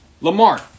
Lamar